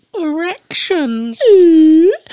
Erections